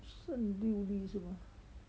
剩六粒是吗